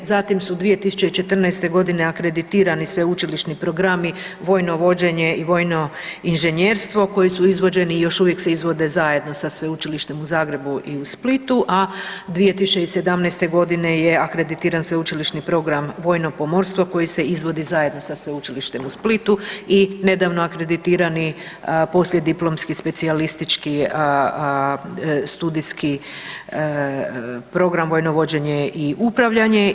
Zatim su 2014. godine akreditirani sveučilišni programi vojno vođenje i vojno inženjerstvo koji su izvođeni i još uvijek se izvode zajedno sa Sveučilištem u Zagrebu i u Splitu, a 2017. godine je akreditiran sveučilišni program vojno pomorstvo koji se izvodi zajedno sa Sveučilištem u Splitu i nedavno akreditirani poslijediplomski specijalistički studijski program vojno vođenje i upravljanje.